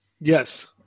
Yes